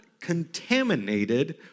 contaminated